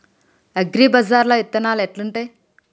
అగ్రిబజార్ల విత్తనాలు ఎట్లుంటయ్?